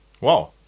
Wow